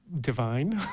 Divine